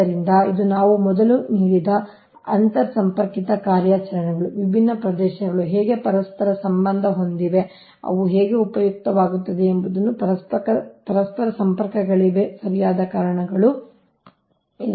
ಆದ್ದರಿಂದ ಇದು ನಾವು ಮೊದಲು ನೋಡಿದ ಅಂತರ್ಸಂಪರ್ಕಿತ ಕಾರ್ಯಾಚರಣೆಗಳು ವಿಭಿನ್ನ ಪ್ರದೇಶಗಳು ಹೇಗೆ ಪರಸ್ಪರ ಸಂಬಂಧ ಹೊಂದಿವೆ ಅದು ಹೇಗೆ ಉಪಯುಕ್ತವಾಗಿರುತ್ತದೆ ಎಂಬುದು ಪರಸ್ಪರ ಸಂಪರ್ಕಗಳಿಗೆ ಸರಿಯಾದ ಕಾರಣಗಳು ಇವೆ